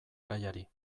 gaiari